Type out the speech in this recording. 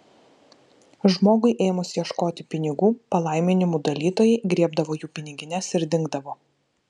žmogui ėmus ieškoti pinigų palaiminimų dalytojai griebdavo jų pinigines ir dingdavo